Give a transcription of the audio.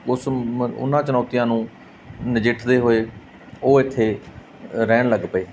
ਉਸ ਉਹਨਾਂ ਚੁਣੌਤੀਆਂ ਨੂੰ ਨਜਿੱਠਦੇ ਹੋਏ ਉਹ ਇੱਥੇ ਰਹਿਣ ਲੱਗ ਪਏ